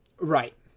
Right